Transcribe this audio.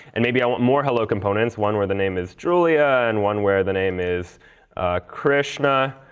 and maybe i want more hello components one where the name is julia, and one where the name is krishna,